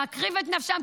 להקריב את נפשם,